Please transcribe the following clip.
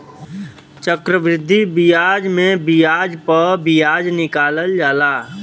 चक्रवृद्धि बियाज मे बियाज प बियाज निकालल जाला